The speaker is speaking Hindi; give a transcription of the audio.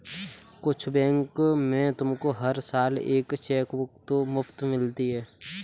कुछ बैंक में तुमको हर साल एक चेकबुक तो मुफ़्त मिलती है